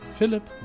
Philip